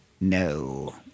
No